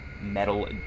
metal